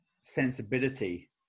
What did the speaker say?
sensibility